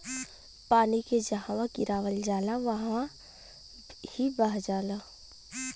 पानी के जहवा गिरावल जाला वहवॉ ही बह जाला